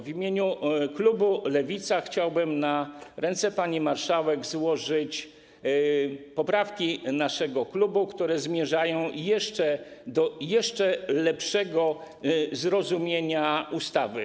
W imieniu klubu Lewica chciałbym na ręce pani marszałek złożyć poprawki naszego klubu, które zmierzają do jeszcze lepszego zrozumienia ustawy.